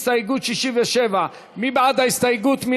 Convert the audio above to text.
הסתייגות 67. מי בעד ההסתייגות?